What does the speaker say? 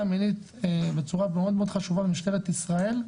המינית בצורה מאוד מאוד חשובה במשטרת ישראל,